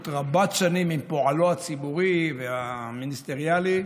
רבת-שנים עם פועלו הציבורי והמיניסטריאלי,